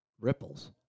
ripples